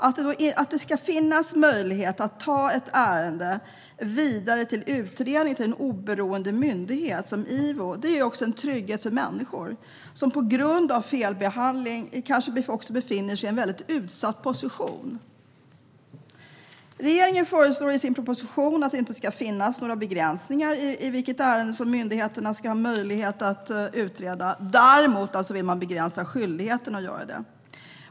Att det ska finnas en möjlighet att ta ett ärende vidare till utredning hos en oberoende myndighet som IVO är en trygghet för människor som på grund av felbehandling befinner sig i en utsatt position. Regeringen föreslår i sin proposition att det inte ska finnas några begränsningar vad gäller vilka ärenden myndigheterna ska ha möjlighet att utreda. Däremot vill man begränsa skyldigheten att göra det.